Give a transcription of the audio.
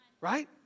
Right